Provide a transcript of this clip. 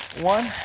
one